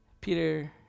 Peter